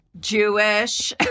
Jewish